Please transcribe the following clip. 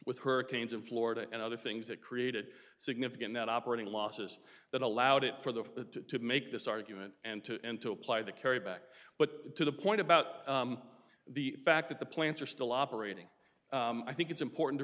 with hurricanes in florida and other things that created significant net operating losses that allowed it for the to make this argument and to and to apply the carry back but to the point about the fact that the plans are still operating i think it's important to